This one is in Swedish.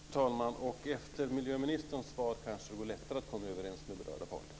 Fru talman! Jag tackar för svaret. Efter miljöministerns svar så kanske det går lättare att komma överens med berörda parter.